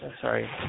sorry